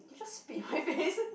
did you just spit on my face